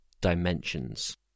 Dimensions